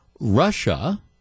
Russia